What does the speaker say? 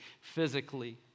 physically